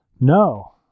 No